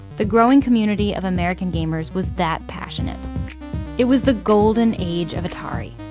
the growing community of american gamers was that passionate it was the golden age of atari.